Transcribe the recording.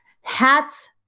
hats